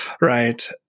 right